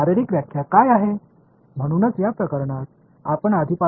எனவே இப்போது பிஸிக்கல் விளக்கம் என்ன